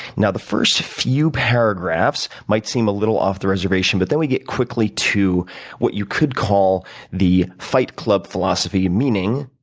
now the first few paragraphs might seem a little off the reservation, but then we get quickly to what you could call the fight club philosophy and meaning,